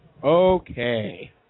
Okay